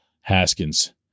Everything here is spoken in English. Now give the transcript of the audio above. Haskins